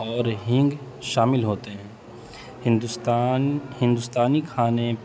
اور ہگ شامل ہوتے ہیں ہندوستان ہندوستانی کھانے